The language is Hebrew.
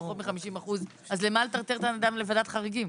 פחות מ-50% אז למה לטרטר את הבן אדם לוועדת חריגים?